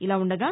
ఇలా ఉండగా